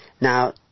Now